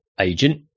agent